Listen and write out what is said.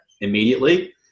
immediately